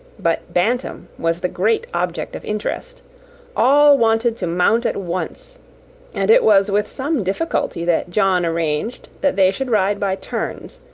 but bantam was the great object of interest all wanted to mount at once and it was with some difficulty that john arranged that they should ride by turns,